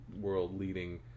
world-leading